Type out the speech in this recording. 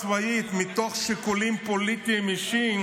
צבאית מתוך שיקולים פוליטיים אישיים,